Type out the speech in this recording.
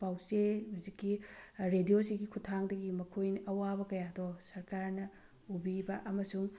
ꯄꯥꯎꯆꯦ ꯍꯧꯖꯤꯛꯀꯤ ꯔꯦꯗꯤꯑꯣꯁꯤꯒꯤ ꯈꯨꯠꯊꯥꯡꯗꯒꯤ ꯃꯈꯣꯏꯅ ꯑꯋꯥꯕ ꯀꯌꯥꯗꯣ ꯁꯔꯀꯥꯔꯅ ꯎꯕꯤꯕ ꯑꯃꯁꯨꯡ